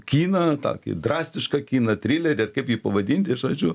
kiną tokį drastišką kiną trilerį vat kaip jį pavadinti žodžiu